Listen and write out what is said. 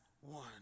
one